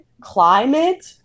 climate